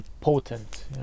potent